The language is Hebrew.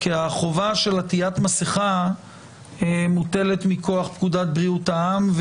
כי החובה של עטיית מסכה מוטלת מכוח פקודת בריאות העם,